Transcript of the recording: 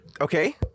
okay